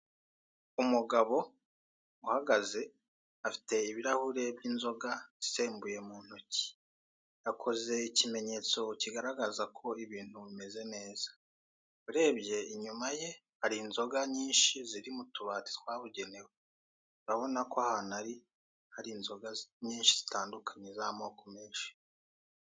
Umugabo uhagaze afite ibirahure by'inzoga isembuye mu ntoki, akoze ikimesto kigaragaza ko ibintu bimeze neza. Urebye inyuma ye hari inzoga nyinshi ziri mu tubati twabugenewe. Urabona ko ahantu ari hari inzoga nyinshi zitandukanye z'amoko menshi.